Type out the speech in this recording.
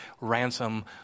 ransom